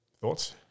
Thoughts